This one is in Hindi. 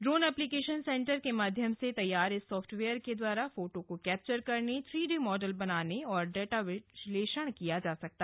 ड्रोन एप्लीकेशन सेंटर के माध्यम से तैयार इस सॉफ्टवेयर के द्वारा फोटो को कैप्चर करने उडी मॉडल बनाने और डाटा विश्लेषण किया जा सकेगा